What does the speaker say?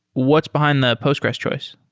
what's behind the postgres choice?